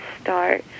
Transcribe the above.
start